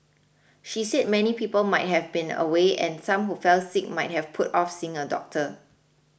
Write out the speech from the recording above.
she said many people might have been away and some who fell sick might have put off seeing a doctor